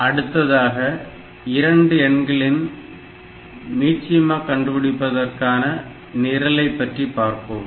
அடுத்ததாக இரண்டு எண்களின் மீசீமா கண்டுபிடிப்பதற்கான நிரலை பற்றி பார்ப்போம்